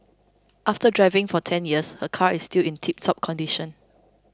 after driving for ten years her car is still in tiptop condition